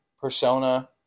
persona